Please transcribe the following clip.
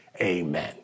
amen